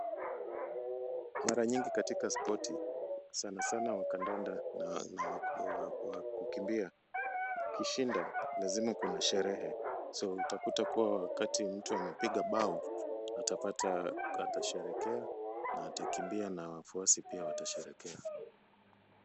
Mara nyingi katika spoti sanasana ya kandanda na ya kukimbia, ukishinda lazima kuna sherehe, so utakuta kuwa wakati mtu amepiga bao atapata, atasherehekea na atakimbia na wafuasi pia watasherehekea.